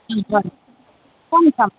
ও হয় চাম চাম